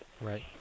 Right